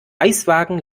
eiswagen